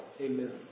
Amen